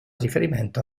riferimento